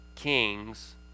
kings